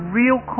real